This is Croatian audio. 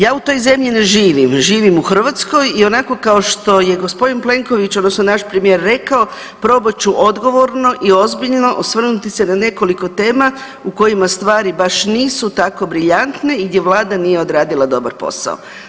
Ja u toj zemlji ne živim, živim u Hrvatskoj i onako kao što je g. Plenković odnosno naš premijer rekao, probat ću odgovorno i ozbiljno osvrnuti se na nekoliko tema u kojima stvari baš nisu tako briljantne i gdje Vlada nije odradila dobar posao.